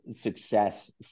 success